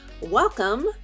Welcome